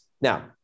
Now